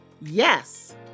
Yes